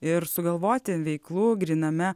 ir sugalvoti veiklų gryname